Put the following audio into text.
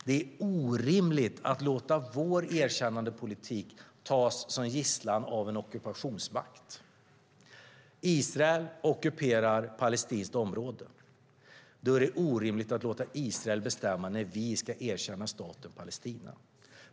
Det är orimligt att låta vår erkännandepolitik tas som gisslan av en ockupationsmakt. Eftersom Israel ockuperar palestinskt område är det orimligt att låta Israel bestämma när vi ska erkänna staten Palestina.